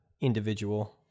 individual